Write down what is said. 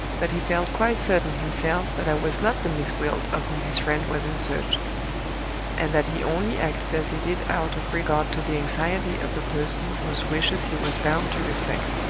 that he felt quite certain himself that i was not the miss gwilt of whom his friend was in search and that he only acted as he did out of regard to the anxiety of a person whose wishes he was bound to respect.